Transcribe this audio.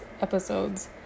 episodes